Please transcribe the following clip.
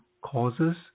causes